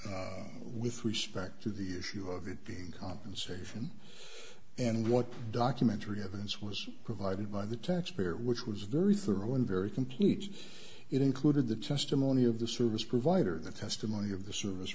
provided with respect to the issue of it being compensation and what documentary evidence was provided by the taxpayer which was very thorough and very complete it included the testimony of the service provider the testimony of the service